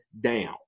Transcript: down